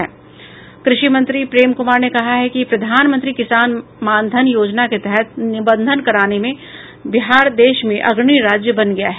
कृषि मंत्री प्रेम कुमार ने कहा है कि प्रधानमंत्री किसान मानधन योजना के तहत निबंधन कराने में बिहार देश में अग्रणी राज्य बन गया है